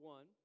One